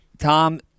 Tom